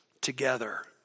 together